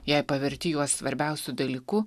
jei paverti juos svarbiausiu dalyku